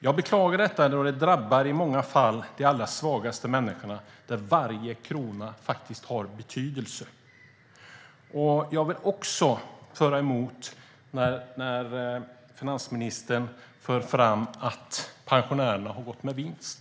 Jag beklagar detta då det i många fall drabbar de allra svagaste människorna för vilka varje krona har betydelse. Finansministern för fram att pensionärerna har gått med vinst.